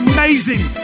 Amazing